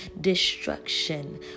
destruction